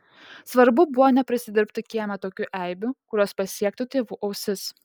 svarbu buvo neprisidirbti kieme tokių eibių kurios pasiektų tėvų ausis